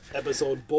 episode